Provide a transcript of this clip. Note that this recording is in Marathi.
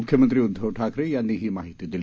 मुख्यमंत्री उद्धव ठाकरे यांनी ही माहिती दिली